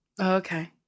Okay